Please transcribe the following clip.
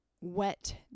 Wet